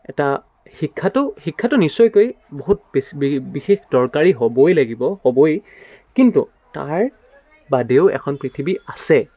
এটা শিক্ষাটো শিক্ষাটো নিশ্চয়কৈ বহুত বেছি বিশেষ দৰকাৰী হ'বই লাগিব হ'বই কিন্তু তাৰ বাদেও এখন পৃথিৱী আছে